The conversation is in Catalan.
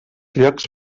llocs